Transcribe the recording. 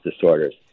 disorders